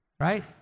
right